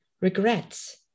regrets